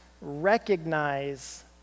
recognize